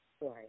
Right